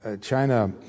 China